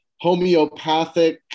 homeopathic